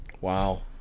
Wow